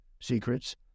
Secrets